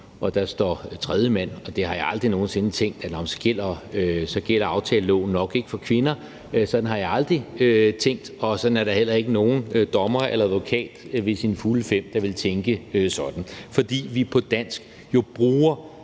og der står »tredjemand«, og om det har jeg aldrig nogen sinde tænkt: Nå, så gælder aftaleloven nok ikke for kvinder. Sådan har jeg aldrig tænkt, og der er heller ikke nogen dommer eller advokat ved sine fulde fem, der ville tænke sådan, fordi vi på dansk jo bruger